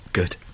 good